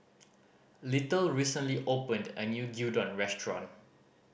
Little recently opened a new Gyudon Restaurant